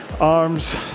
arms